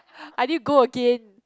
I need go again